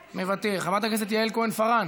מוותר, חברת הכנסת יעל כהן-פארן,